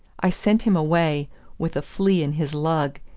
i sent him away with a flea in his lug,